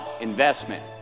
investment